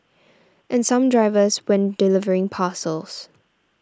and some drivers when delivering parcels